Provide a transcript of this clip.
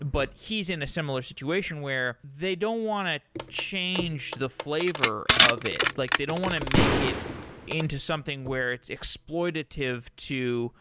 but he's in a similar situation where they don't want to change the flavor of it. like they don't want to make it into something where it's exploitative to